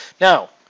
Now